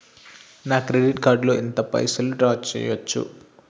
నా credit card లో ఎంత పైసల్ డ్రా చేయచ్చు?